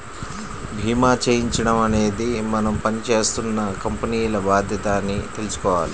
భీమా చేయించడం అనేది మనం పని జేత్తున్న కంపెనీల బాధ్యత అని తెలుసుకోవాల